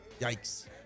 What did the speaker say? Yikes